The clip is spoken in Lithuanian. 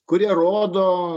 kurie rodo